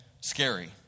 scary